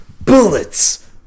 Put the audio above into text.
Bullets